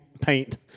paint